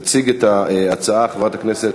תציג את ההצעה חברת הכנסת